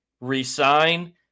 resign